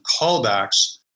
callbacks